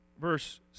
Verse